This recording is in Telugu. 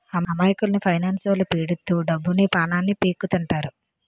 అమాయకుల్ని ఫైనాన్స్లొల్లు పీడిత్తు డబ్బుని, పానాన్ని పీక్కుతింటారు